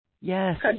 Yes